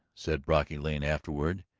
said brocky lane afterward.